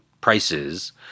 prices